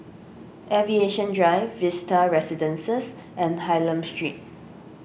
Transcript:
Aviation Drive Vista Residences and Hylam Street